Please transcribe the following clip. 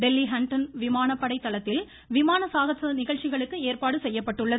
தில்லி ஹிண்டன் விமானப்படை தளத்தில் விமான சாகச நிகழ்ச்சிகளுக்கு ஏற்பாடு செய்யப்பட்டுள்ளது